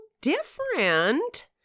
different